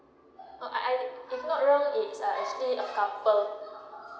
uh ah I if not wrong is uh actually a couple